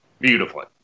beautifully